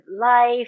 life